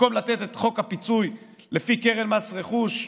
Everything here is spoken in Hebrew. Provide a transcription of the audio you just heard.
במקום לתת את חוק הפיצוי לפי קרן מס רכוש,